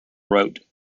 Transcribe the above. road